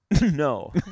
No